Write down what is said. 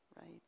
right